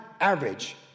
average